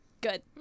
good